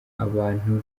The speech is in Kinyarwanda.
abantu